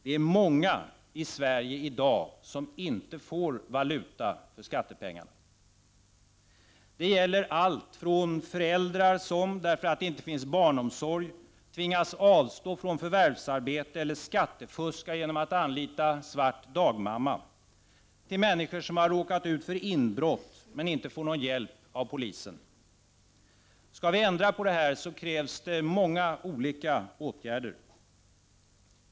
Det är många i Sverige i dag som inte får valuta för skattepengarna. Det gäller alla från föräldrar som, därför att det inte finns barnomsorg, tvingas avstå från förvärvsarbete eller skattefuska genom att anlita en ”svart” dagmamma, till människor som råkar ut för inbrott men inte får någon hjälp av polisen. Skall vi ändra på det här krävs det många olika åtgärder.